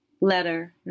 Letter